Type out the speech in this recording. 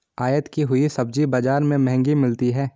आयत की हुई सब्जी बाजार में महंगी मिलती है